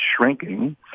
shrinking